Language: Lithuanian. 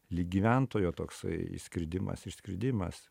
lyg gyventojo toksai įskridimas išskridimas